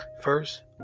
First